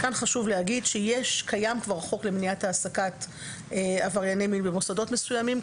חשוב להגיד שקיים כבר חוק להעסקת עבריינים למוסדות מסוימים,